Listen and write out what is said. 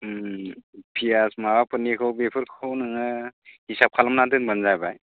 फियास माबाफोरनिखौ बेफोरखौ नोङो हिसाब खालामनानै दोनबानो जाबाय